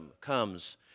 comes